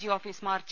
G office March